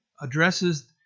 addresses